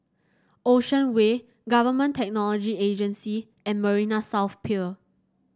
Ocean Way Government Technology Agency and Marina South Pier